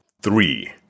three